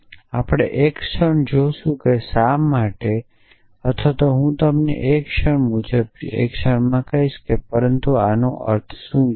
અને આપણે એક ક્ષણ જોશું કે શા માટે અથવા હું તમને ક્ષણ મુજબની ક્ષણમાં કહીશ પરંતુ આનો અર્થ શું છે